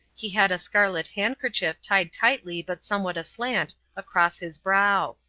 he had a scarlet handkerchief tied tightly but somewhat aslant across his brow.